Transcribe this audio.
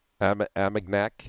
Amagnac